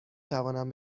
توانم